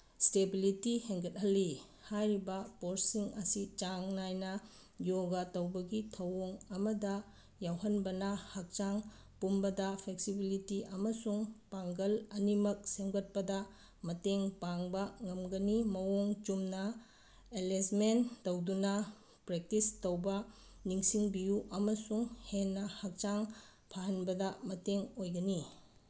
stability ꯍꯦꯟꯒꯠꯍꯜꯂꯤ ꯍꯥꯏꯔꯤꯕ ꯄꯣꯁꯁꯤꯡ ꯑꯁꯤ ꯆꯥꯡ ꯅꯥꯏꯅ ꯌꯣꯒꯥ ꯇꯧꯕꯒꯤ ꯊꯧꯑꯣꯡ ꯑꯃꯗ ꯌꯥꯎꯍꯟꯕꯅ ꯍꯛꯆꯥꯡ ꯄꯨꯝꯕꯗ ꯐ꯭ꯂꯦꯛꯁꯤꯕꯤꯂꯤꯇꯤ ꯑꯃꯁꯨꯡ ꯄꯥꯡꯒꯜ ꯑꯅꯤꯃꯛ ꯁꯦꯝꯒꯠꯄꯗ ꯃꯇꯦꯡ ꯄꯥꯡꯕ ꯉꯝꯒꯅꯤ ꯃꯑꯣꯡ ꯆꯨꯝꯅ ꯑꯦꯂꯦꯁꯃꯦꯟ ꯇꯧꯗꯨꯅ ꯄ꯭ꯔꯦꯛꯇꯤꯁ ꯇꯧꯕ ꯅꯤꯡꯁꯤꯡꯕꯤꯌꯨ ꯑꯃꯁꯨꯡ ꯍꯦꯟꯅ ꯍꯛꯆꯥꯡ ꯐꯍꯟꯕꯗ ꯃꯇꯦꯡ ꯑꯣꯏꯒꯅꯤ